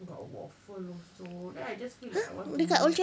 got waffle also then I just feel like I want to nur~